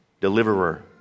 deliverer